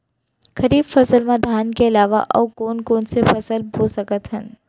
खरीफ फसल मा धान के अलावा अऊ कोन कोन से फसल बो सकत हन?